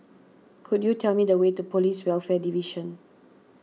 could you tell me the way to Police Welfare Division